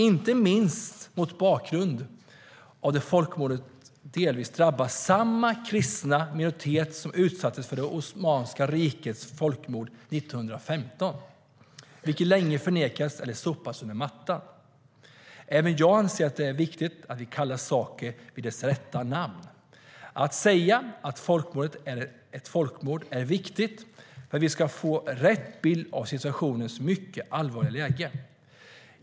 Inte minst gäller det mot bakgrund av att folkmordet delvis drabbar samma kristna minoritet som utsattes för Osmanska rikets folkmord 1915, vilket länge förnekades och sopades under mattan. Även jag anser att det är viktigt att vi kallar saker vid dess rätta namn. Att säga att folkmordet är ett folkmord är viktigt för att vi ska få rätt bild av det mycket allvarliga läget.